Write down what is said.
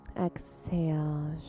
Exhale